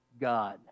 God